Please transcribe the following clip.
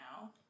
now